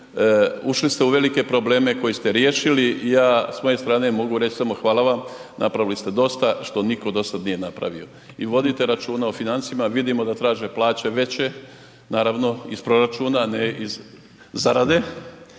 Ušli ste u velike probleme koje ste riješili i ja s moje strane mogu reći samo hvala vam, napravili ste dosta što nitko do sada nije napravio. I vodite računa o financijama, vidimo da traže plaće veće naravno iz proračuna ne iz zarade.